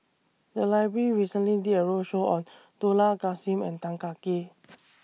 The Library recently did A roadshow on Dollah Kassim and Tan Kah Kee